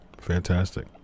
fantastic